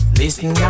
listen